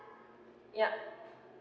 yup